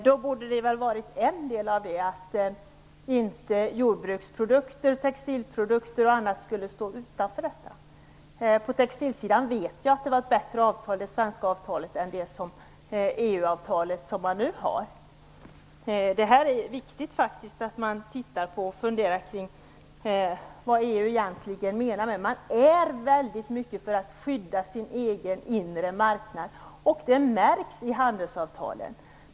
Då borde det ha ingått som en del att jordbruksprodukter, textilprodukter och annat inte skulle stå utanför detta. På textilsidan vet jag att det svenska avtalet var bättre än det EU-avtal som finns nu. Det är viktigt att man tittar på detta och funderar kring vad EU egentligen menar. Inom EU är man väldigt mycket för att skydda sin egen inre marknad. Det märks också i handelsavtalen.